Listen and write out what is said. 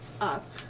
up